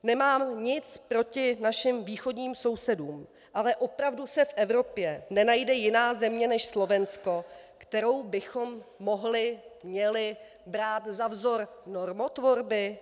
Nemám nic proti našim východním sousedům, ale opravdu se v Evropě nenajde jiná země než Slovensko, kterou bychom mohli, měli brát za vzor normotvorby?